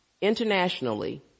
internationally